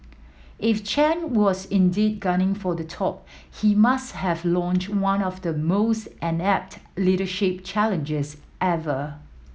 if Chen was indeed gunning for the top he must have launched one of the most inept leadership challenges ever